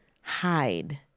hide